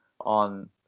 on